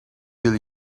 wil